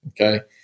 Okay